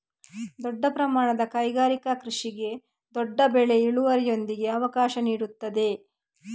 ದೊಡ್ಡ ಪ್ರಮಾಣದ ಕೈಗಾರಿಕಾ ಕೃಷಿಗೆ ದೊಡ್ಡ ಬೆಳೆ ಇಳುವರಿಯೊಂದಿಗೆ ಅವಕಾಶ ನೀಡುತ್ತದೆ